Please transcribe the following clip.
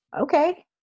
okay